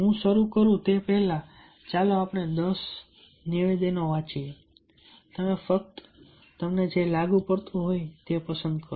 હું શરૂ કરું તે પહેલાં ચાલો આપણે 10 નિવેદનો વાંચીએ તમે ફક્ત તમને જે લાગુ પડતું હોય તે પસંદ કરો